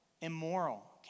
Immoral